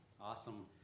Awesome